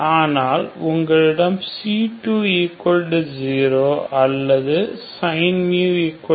ஆனால் உங்களிடம் c2 0 அல்லது sin 0